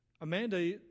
Amanda